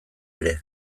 ere